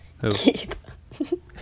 Keith